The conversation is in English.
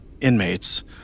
inmates